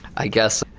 i guess,